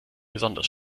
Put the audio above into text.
besonders